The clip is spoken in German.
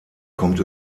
kommt